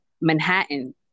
Manhattan